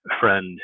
friend